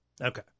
Okay